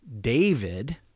david